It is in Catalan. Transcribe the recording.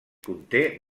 conté